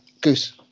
goose